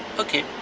okay.